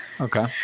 Okay